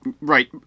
right